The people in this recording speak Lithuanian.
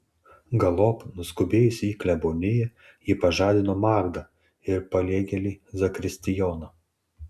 galop nuskubėjusi į kleboniją ji pažadino magdą ir paliegėlį zakristijoną